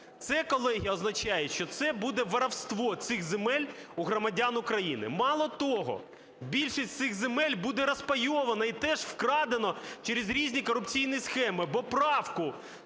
Це, колеги, означає, що це буде воровство цих земель у громадян України. Мало того, більшість цих земель буде розпайовано і теж вкрадено через різні корупційні схеми. Бо правку